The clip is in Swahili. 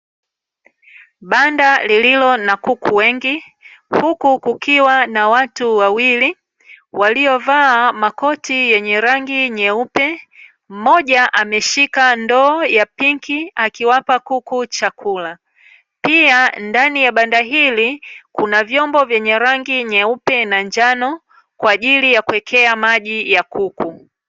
Banda lililo na kuku wengi, huku kukiwa na watu wawili waliovaa makoti yenye rangi nyeupe. Mmoja ameshika ndoo ya pinki akiwapa kuku chakula. Pia, ndani ya banda hili kuna vyombo vyenye rangi nyeupe na njano kwa ajili ya kuwekea maji ya kuku.